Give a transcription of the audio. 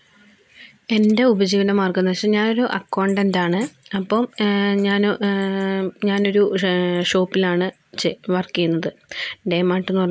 എൻ്റെ ഉപജീവന മാർഗം എന്നു വെച്ചാൽ ഞാനൊരു അക്കൗണ്ടന്റ് ആണ് അപ്പോൾ ഞാന് ഞാനൊരു ഷോപ്പിലാണ് ചെ വർക്ക് ചെയ്യുന്നത്